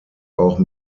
auch